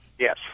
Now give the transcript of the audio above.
Yes